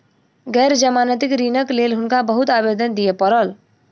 गैर जमानती ऋणक लेल हुनका बहुत आवेदन दिअ पड़ल